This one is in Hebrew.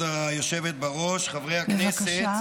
כבוד היושבת בראש, חברי הכנסת,